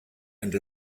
and